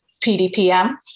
PDPM